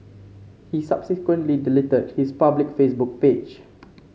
he subsequently deleted his public Facebook page